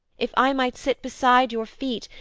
if i might sit beside your feet,